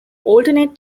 alternate